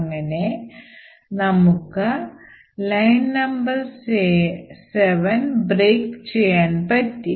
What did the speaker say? അങ്ങനെ നമ്മൾക്ക് line number 7 break ചെയ്യാൻ പറ്റി